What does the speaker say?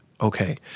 okay